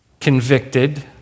convicted